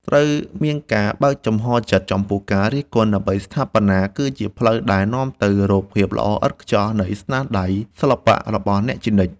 ត្រូវមានការបើកចិត្តចំពោះការរិះគន់ដើម្បីស្ថាបនា គឺជាផ្លូវដែលនាំទៅរកភាពល្អឥតខ្ចោះនៃស្នាដៃសិល្បៈរបស់អ្នកជានិច្ច។